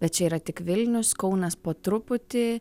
bet čia yra tik vilnius kaunas po truputį